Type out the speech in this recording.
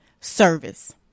service